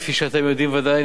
כפי שאתם יודעים ודאי,